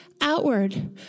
outward